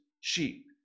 sheep